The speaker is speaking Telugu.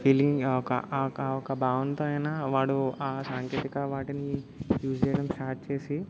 ఫీలింగ్ ఒక ఆక ఒక భావంతో అయినా వాడు ఆ సాంకేతిక వాటిని యూస్ చేయడం స్టార్ట్ చేసి